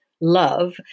love